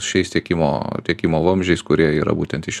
šiais tiekimo tiekimo vamzdžiais kurie yra būtent iš